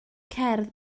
cerdd